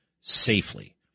safely